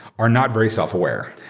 are not very self-aware.